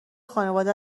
خانواده